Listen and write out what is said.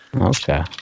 Okay